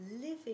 living